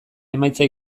emaitza